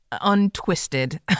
untwisted